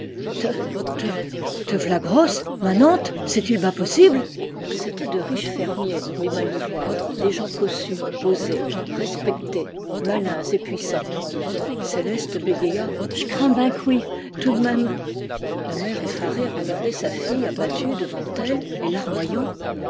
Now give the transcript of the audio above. te te v'ia grosse manante c'est-il ben possible c'étaient de riches fermiers les malivoire des gens cossus posés respectés malins et puissants céleste bégaya j'crais ben que oui tout de même la mère effarée regardait sa fille abattue devant elle et larmoyant